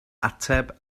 ateb